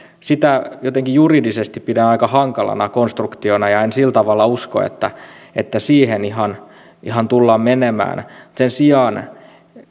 sitä jotenkin juridisesti pidän aika hankalana konstruktiona ja en sillä tavalla usko että että siihen ihan ihan tullaan menemään sen sijaan